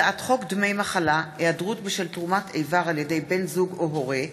הצעת חוק דמי מחלה (היעדרות בשל תרומת איבר על ידי בן זוג או הורה)